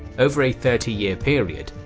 over a thirty-year period,